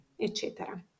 eccetera